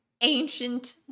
Ancient